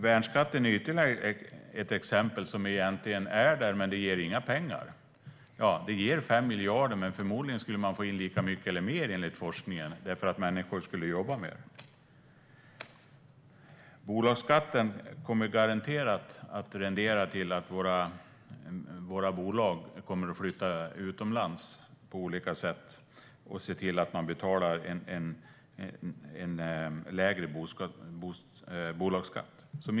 Värnskatten är ytterligare ett exempel. Den finns där, men den ger inte några pengar. Jo, den ger 5 miljarder, men förmodligen skulle man enligt forskningen få in lika mycket eller mer utan den, eftersom människor skulle jobba mer. Bolagsskatten kommer garanterat att innebära att våra bolag flyttar utomlands på olika sätt och se till att de betalar lägre bolagsskatt.